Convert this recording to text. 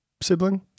sibling